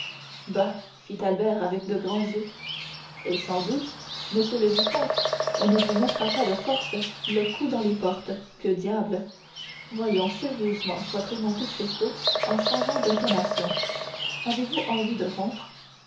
fit albert avec de grands yeux eh sans doute monsieur le vicomte on ne vous mettra pas de force le cou dans les portes que diable voyons sérieusement reprit monte cristo en changeant d'intonation avez-vous envie de rompre